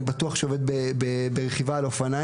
ואני בטוח שהוא עובד ברכיבה על אופניים.